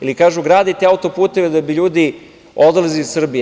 Ili, kažu – gradite auto-puteve da bi ljudi odlazili iz Srbije.